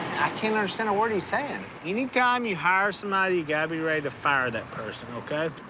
can't understand a word he's saying. any time you hire somebody, you gotta be ready to fire that person, okay?